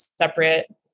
separate